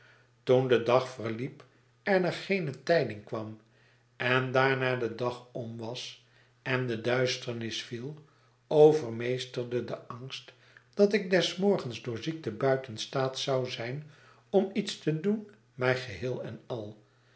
de dag verliep en er geene tijding kwam en daarna de dag om was en de duisternis viel overmeesterde de angst dat ik des morgens door ziekte buiten staat zou zijn om iets te doen mij geheel en al